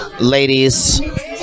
ladies